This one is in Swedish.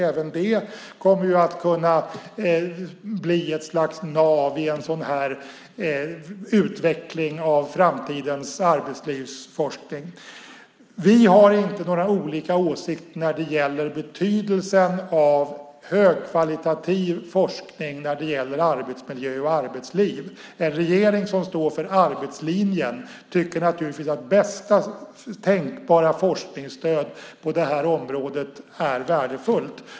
Även det kommer att kunna bli ett slags nav i utvecklingen av framtidens arbetslivsforskning. Vi har inte några olika åsikter om betydelsen av högkvalitativ forskning om arbetsmiljö och arbetsliv. En regering som står för arbetslinjen tycker naturligtvis att bästa tänkbara forskningsstöd på det här området är värdefullt.